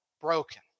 broken